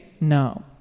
No